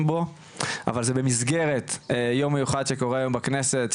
בו אבל זה במסגרת יום מיוחד שקורה היום בכנסת,